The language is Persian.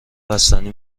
بستنی